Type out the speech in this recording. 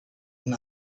and